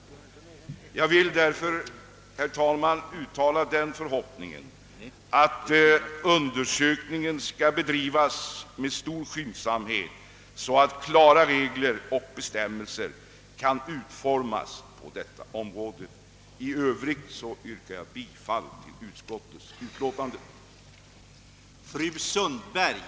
Jag vill därför, herr talman, uttala förhoppningen att undersökningen skall bedrivas med stor skyndsamhet, så att klara regler och bestämmelser kan utformas på detta område. I övrigt yrkar jag bifall till utskottets hemställan.